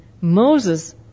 Moses